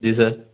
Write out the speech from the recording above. जी sir